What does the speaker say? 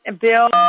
Bill